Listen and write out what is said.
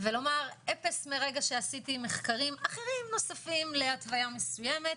ולומר אפעס מרגע שעשיתי מחקרים נוספים להתוויה מסוימת,